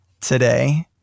today